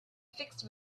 fixed